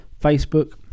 Facebook